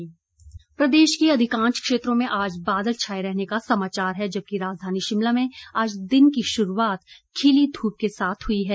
मौसम प्रदेश के अधिकांश क्षेत्रों में आज बादल छाए रहने का समाचार है जबकि राजधानी शिमला में आज दिन की शुरूआत खिली धूप के साथ हुई है